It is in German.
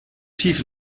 tief